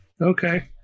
Okay